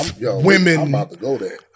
women